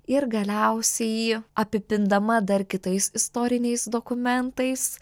ir galiausiai apipindama dar kitais istoriniais dokumentais